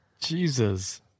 Jesus